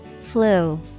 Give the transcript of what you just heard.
Flu